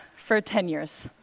for ten years.